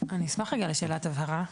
אני אשמח לשאלת הבהרה.